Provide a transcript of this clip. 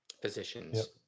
positions